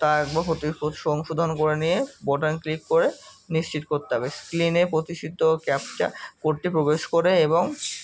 তা একবার সংশোধন করে নিয়ে বোতাম ক্লিক করে নিশ্চিত করতে হবে স্ক্রিনে প্রতিসিদ্ধ ক্যাপচা কোডটি প্রবেশ করে এবং